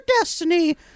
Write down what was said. destiny